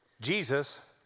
Jesus